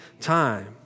time